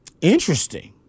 Interesting